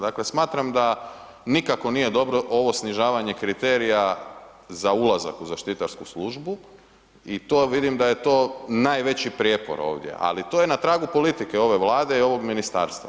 Dakle, smatram da nikako nije dobro ovo snižavanje kriterija za ulazak u zaštitarsku službu i to vidim da je to najveći prijepor ovdje ali to je na tragu politike ove Vlade i ovog ministarstva.